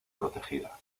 protegida